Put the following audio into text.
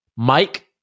Mike